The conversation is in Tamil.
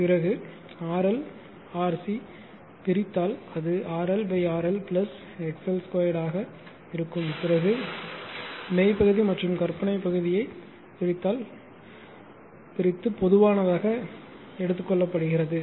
பிறகு RLRC பிரித்தால் அது RL RL XL 2 ஆக இருக்கும்பிறகு மெய் பகுதி மற்றும் கற்பனை பகுதியை பிரித்து பொதுவானதாக எடுத்துக் கொள்ளப்படுகிறது